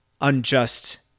unjust